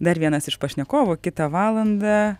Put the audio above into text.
dar vienas iš pašnekovų kitą valandą